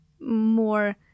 more